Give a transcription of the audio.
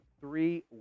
three